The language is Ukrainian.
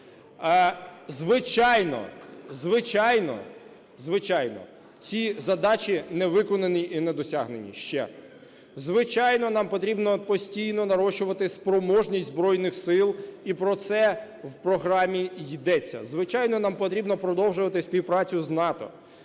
звичайно, ці задачі не виконані і не досягнені ще. Звичайно, нам потрібно постійно нарощувати спроможність Збройних Сил, і про це в програмі йдеться. Звичайно, нам потрібно продовжувати співпрацю з НАТО,